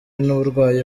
n’uburwayi